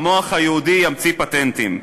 המוח היהודי ימציא פטנטים.